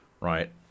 right